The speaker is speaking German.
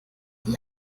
die